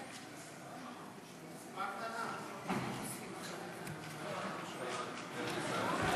חוק הכנסת (תיקון מס' 44), התשע"ח 2017, נתקבל.